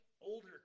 older